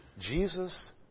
Jesus